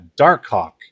Darkhawk